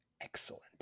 Excellent